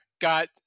got